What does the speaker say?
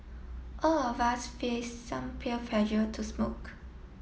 all of us face some peer pressure to smoke